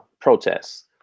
protests